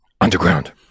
Underground